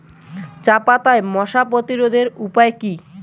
চাপাতায় মশা প্রতিরোধের উপায় কি?